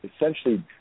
essentially